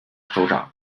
首长